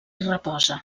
reposa